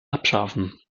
abschaffen